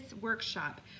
workshop